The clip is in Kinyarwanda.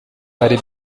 hari